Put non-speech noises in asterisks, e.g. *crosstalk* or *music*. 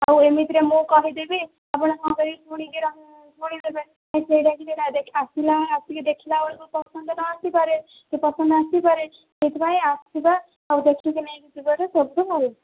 ଆଉ ଏମିତିରେ ମୁଁ କହିଦେବି ଆପଣ ନ ଦେଖି ଶୁଣିକି *unintelligible* ଶୁଣିଦେବେ *unintelligible* ସେଇଟା *unintelligible* ଆସିଲା ଆସିକି ଦେଖିଲା ବେଳକୁ ପସନ୍ଦ ନ ଆସି ପାରେ କି ପସନ୍ଦ ଆସି ପାରେ ସେଇଥିପାଇଁ ଆସିବା ଆଉ ଦେଖିକି ନେଇକି ଯିବାରେ ସବୁଠୁ ଭଲ